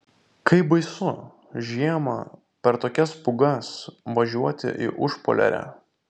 kaip baisu žiemą per tokias pūgas važiuoti į užpoliarę